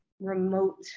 remote